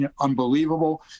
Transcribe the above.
unbelievable